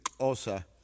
Osa